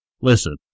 Listen